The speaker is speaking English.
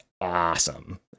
awesome